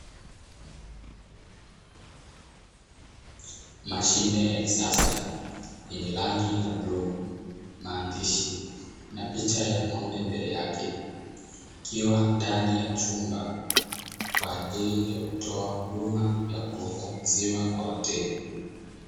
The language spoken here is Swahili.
Mashine ya kisasa yenye rangi ya bluu, maandishi na picha ya ng'ombe mbele yake ikiwa ndani ya chumba kwa ajili ya kutoa huduma ya kuuza maziwa kwa wateja.